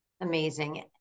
Amazing